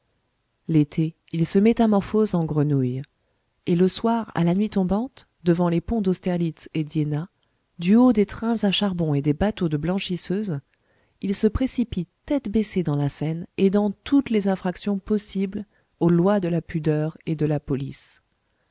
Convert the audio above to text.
l'été il se métamorphose en grenouille et le soir à la nuit tombante devant les ponts d'austerlitz et d'iéna du haut des trains à charbon et des bateaux de blanchisseuses il se précipite tête baissée dans la seine et dans toutes les infractions possibles aux lois de la pudeur et de la police